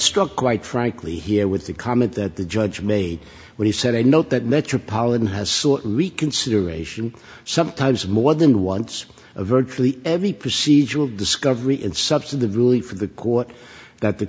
struck quite frankly here with the comment that the judge made when he sent a note that metropolitan has reconsideration sometimes more than once a virtually every procedural discovery and substantively for the court that the